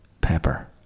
Pepper